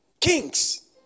Kings